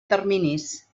terminis